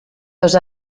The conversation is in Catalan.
dos